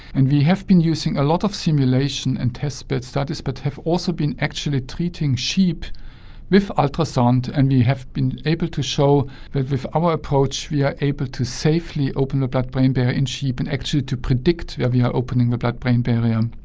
and we have been using a lot of simulation and test bed studies but have also been actually treating sheep with ultrasound and we have been able to show that with our approach we are able to safely open the blood-brain barrier in sheep and actually to predict where we are opening the blood-brain barrier. um